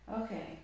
Okay